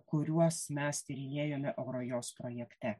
kuriuos mes tyrinėjome eurojos projekte